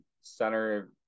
center